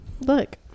Look